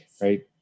right